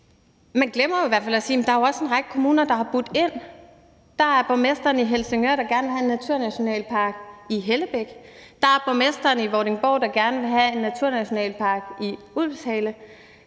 fald at sige, at der også er en række kommuner, der har budt ind. Der er borgmesteren i Helsingør, der gerne vil have en naturnationalpark i Hellebæk. Der er borgmesteren i Vordingborg, der gerne vil have en naturnationalpark i Ulvshale.